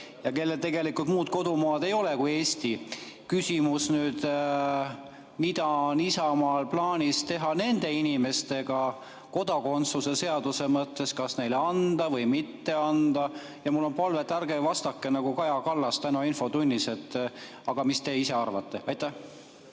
jne, kellel tegelikult muud kodumaad ei ole kui Eesti. Küsimus: mida on Isamaal plaanis teha nende inimestega kodakondsuse seaduse mõttes, kas see neile anda või mitte anda? Ja mul on palve, et ärge vastake nii nagu Kaja Kallas täna infotunnis: "Aga mis te ise arvate?" Aitäh,